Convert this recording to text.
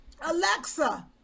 Alexa